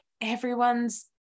everyone's